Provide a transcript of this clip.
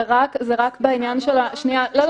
זה רק בעניין של --- סליחה,